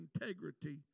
integrity